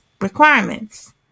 requirements